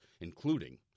including